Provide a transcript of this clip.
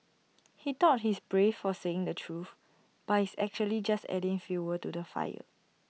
he thought he's brave for saying the truth but he's actually just adding fuel water to fire